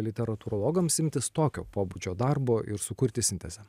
literatūrologams imtis tokio pobūdžio darbo ir sukurti sintezę